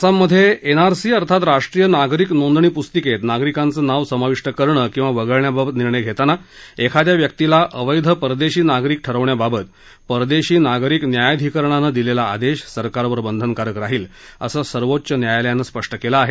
आसाममध्ये N R C अर्थात राष्ट्रीय नागरिक नोंदणी पुस्तिकेत नागरिकांचं नाव समाविष्ट करणं किंवा वगळयाबाबत निर्णय घेताना एखाद्या व्यक्तीला अवैध परदेशी नागरिक ठरवण्याबाबत परदेशी नागरिक न्यायाधिकरणानं दिलेला आदेश सरकारवरं बंधनकारक राहील असं सर्वोच्च न्यायालयानं म्हटलं आहे